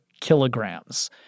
kilograms